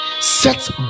Set